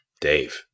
Dave